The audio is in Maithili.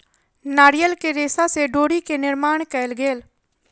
नारियल के रेशा से डोरी के निर्माण कयल गेल